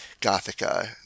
Gothica